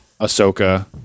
Ahsoka